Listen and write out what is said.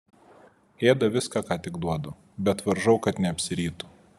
ėda viską ką tik duodu bet varžau kad neapsirytų